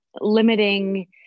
limiting